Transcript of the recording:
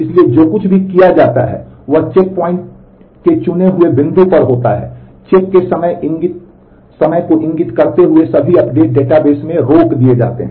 इसलिए जो कुछ भी किया जाता है वह चेक पॉइंटिंग के चुने हुए बिंदु पर होता है चेक के समय को इंगित करते हुए सभी अपडेट डेटाबेस में रोक दिए जाते हैं